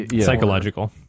Psychological